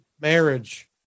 marriage